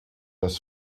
das